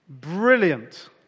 brilliant